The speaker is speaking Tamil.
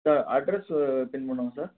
சார் அட்ரஸு செண்ட் பண்ணவாங்க சார்